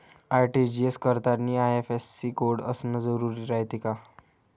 RTGS करतांनी IFSC code असन जरुरी रायते का?